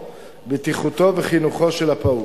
בטיחותו וחינוכו של הפעוט,